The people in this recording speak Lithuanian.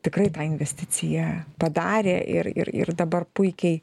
tikrai tą investiciją padarė ir ir ir dabar puikiai